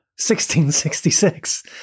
1666